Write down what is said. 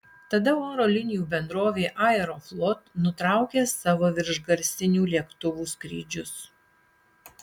tada oro linijų bendrovė aeroflot nutraukė savo viršgarsinių lėktuvų skrydžius